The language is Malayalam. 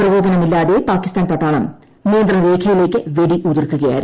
പ്രകോപനമില്ലാതെ പാകിസ്ഥാൻ പട്ടാളം നിയന്ത്രണ രേഖയിലേയ്ക്ക് വെടി ഉതിർക്കുകയായിരുന്നു